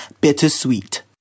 Bittersweet